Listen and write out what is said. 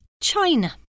China